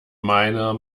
meiner